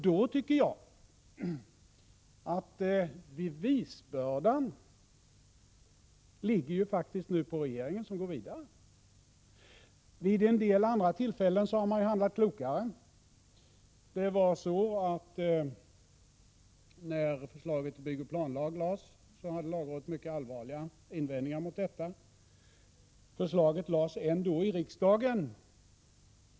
Då tycker jag att bevisbördan faktiskt ligger på regeringen, som går vidare. Vid en del andra tillfällen har man handlat klokare. Lagrådet hade mycket allvarliga invändningar mot förslaget till planoch bygglag. Förslaget lades ändå fram för riksdagen.